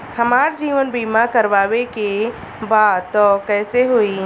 हमार जीवन बीमा करवावे के बा त कैसे होई?